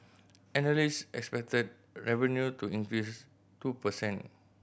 analyst expected revenue to increase two per cent